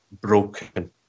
broken